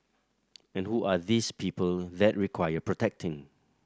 and who are these people that require protecting